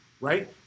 Right